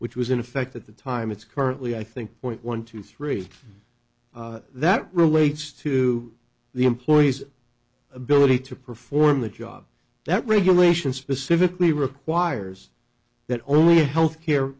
which was in effect at the time it's currently i think point one two three that relates to the employee's ability to perform the job that regulation specifically requires that only a health care